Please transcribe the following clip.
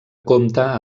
compta